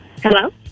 Hello